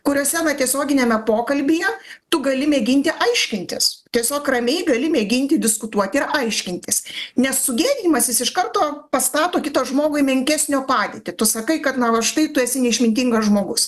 kuriuose tiesioginiame pokalbyje tu gali mėginti aiškintis tiesiog ramiai gali mėginti diskutuot ir aiškintis nes sugėdijimas jis iš karto pastato kitą žmogį į menkesnio padėtį tu sakai kad na va štai tu esi neišmintingas žmogus